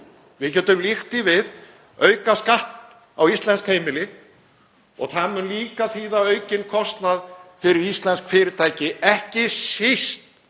Við getum líkt því við aukaskatt á íslensk heimili og það mun líka þýða aukinn kostnað fyrir íslensk fyrirtæki, ekki síst